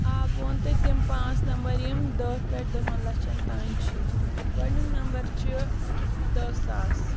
آ بہٕ وَنہٕ تۄہہِ تِم پانٛژھ نمبر یِم دَہ پٮ۪ٹھ دَہَن لَچھَن تانۍ چھِ گۄڈنیُک نمبر چھِ دہ ساس